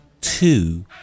two